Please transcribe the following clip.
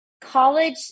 college